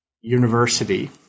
university